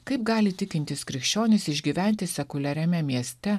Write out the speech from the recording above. kaip gali tikintys krikščionys išgyventi sekuliariame mieste